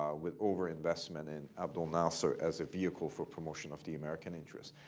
um with over investment in abdel nasser as a vehicle for promotion of the american interest,